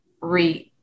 re-